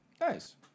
Nice